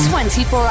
24